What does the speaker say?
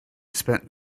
spent